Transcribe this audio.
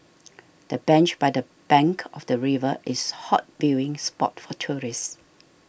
the bench by the bank of the river is hot viewing spot for tourists